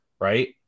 right